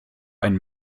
einen